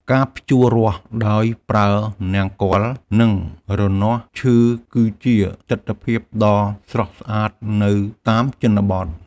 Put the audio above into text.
ការភ្ជួររាស់ដោយប្រើនង្គ័ល និងរនាស់ឈើគឺជាទិដ្ឋភាពដ៏ស្រស់ស្អាតនៅតាមជនបទ។